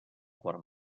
quart